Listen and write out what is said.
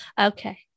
Okay